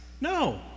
No